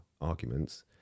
arguments